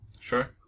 Sure